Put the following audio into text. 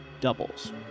doubles